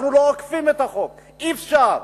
אנחנו לא אוכפים את החוק, אי-אפשר,